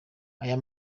aya